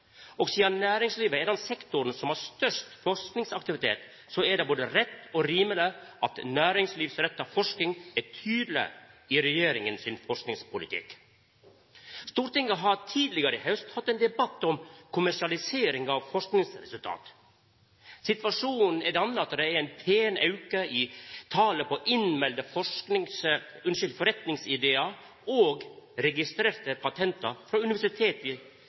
Sidan næringslivet er den sektoren som har størst forskingsaktivitet, er det både rett og rimeleg at næringslivsretta forsking er tydeleg i regjeringa sin forskingspolitikk. Stortinget har tidlegare i haust hatt ein debatt om kommersialisering av forskingsresultat. Situasjonen er slik at det er ein pen auke i talet på innmelde forretningsidear og registrerte patent frå universiteta